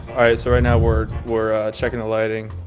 so right now we're we're checking the lighting.